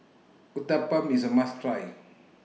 Uthapam IS A must Try